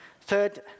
Third